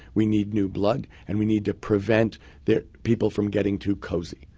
we need new blood, and we need to prevent the people from getting too cozy.